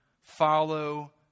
follow